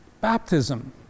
Baptism